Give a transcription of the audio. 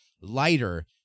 lighter